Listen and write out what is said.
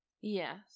Yes